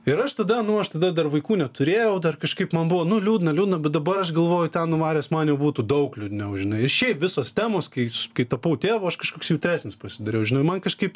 ir aš tada nu aš tada dar vaikų neturėjau dar kažkaip man buvo nu liūdna liūdna bet dabar aš galvoju ten nuvaręs man jau būtų daug liūdniau žinai ir šiaip visos temos kai kai tapau tėvu aš kažkoks jautresnis pasidariau žinai man kažkaip